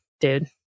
dude